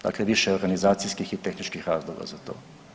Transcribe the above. Dakle, više organizacijskih i tehničkih razloga za to.